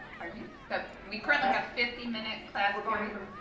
um so we currently have fifty minute class but i mean